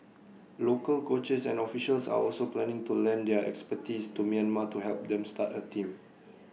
local coaches and officials are also planning to lend their expertise to Myanmar to help them start A team